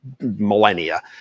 millennia